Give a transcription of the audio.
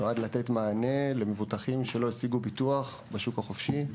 נועד לתת מענה למבוטחים שלא השיגו ביטוח בשוק החופשי.